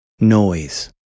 noise